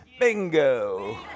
bingo